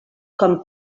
com